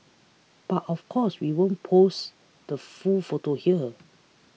but of course we won't post the full photo here